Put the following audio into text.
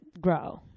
grow